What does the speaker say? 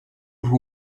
who